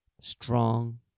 strong